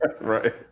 Right